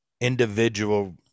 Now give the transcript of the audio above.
individual